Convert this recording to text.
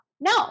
no